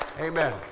Amen